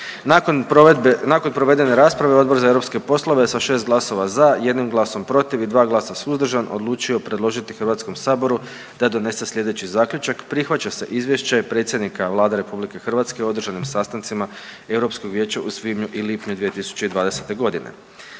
nakon provedene rasprave Odbor za europske poslove sa 6 glasova za, 1 glasom protiv i 2 glasa suzdržan odlučio predložiti HS da donese slijedeći zaključak: Prihvaća se izvješće predsjednika Vlade RH o održanim sastancima Europskog vijeća u svibnju i lipnju 2020.g..